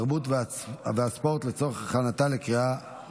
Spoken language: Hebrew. התרבות והספורט נתקבלה.